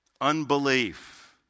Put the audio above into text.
unbelief